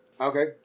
Okay